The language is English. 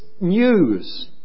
news